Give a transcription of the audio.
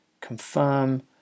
confirm